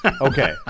okay